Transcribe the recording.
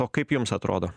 o kaip jums atrodo